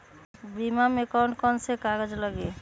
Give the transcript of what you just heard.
बीमा में कौन कौन से कागज लगी?